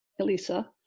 Elisa